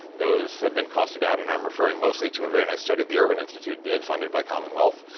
those have been costed out, and i'm referring mostly to a very nice study the urban institute did funded by commonwealth,